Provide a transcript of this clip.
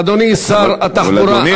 אדוני שר התחבורה,